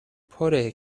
پره